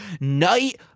Night